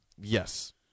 Yes